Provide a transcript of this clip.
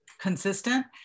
consistent